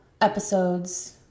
episodes